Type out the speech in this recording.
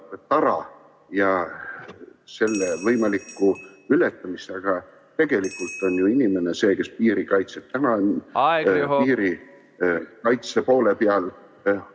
tara ja selle võimalikku ületamist, aga tegelikult on ju inimene see, kes piiri kaitseb. Aeg, Riho! Tema on piirikaitse poole peal.